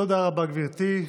תודה רבה, גברתי.